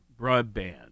broadband